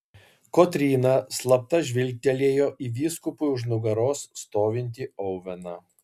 kotryna slapta žvilgtelėjo į vyskupui už nugaros stovintį oveną